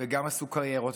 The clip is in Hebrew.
וגם עשו קריירות,